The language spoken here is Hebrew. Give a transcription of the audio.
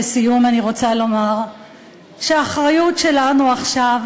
לסיום אני רוצה לומר שהאחריות שלנו עכשיו